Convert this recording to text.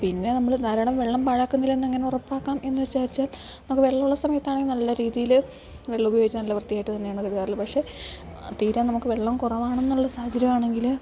പിന്നെ നമ്മൾ ധാരാളം വെള്ളം പാഴാക്കുന്നില്ലെന്ന് അങ്ങനെ ഉറപ്പാക്കാം എന്ന് വിചാരിച്ചാൽ നമുക്ക് വെള്ളം ഉള്ള സമയത്താണെങ്കിൽ നല്ല രീതിയിൽ വെള്ളം ഉപയോഗിച്ച് നല്ല വൃത്തിയായിട്ട് തന്നെയാണ് കഴുകാറുള്ളത് പക്ഷേ തീരെ നമുക്ക് വെള്ളം കുറവാണെന്നുള്ള സാഹചര്യമാണെങ്കിൽ